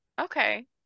Okay